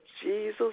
Jesus